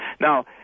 now